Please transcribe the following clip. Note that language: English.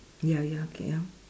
ya ya okay ya